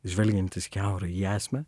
žvelgiantis kiaurai į esmę